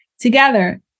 Together